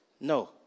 no